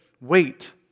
Wait